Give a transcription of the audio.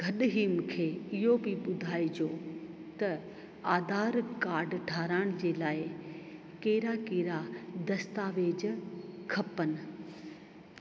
गॾ ई मूंखे इहो बि ॿुधाइजो त आधार कार्ड ठाहिराइण जे लाइ कहिड़ा कहिड़ा दस्तावेज़ खपनि